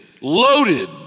loaded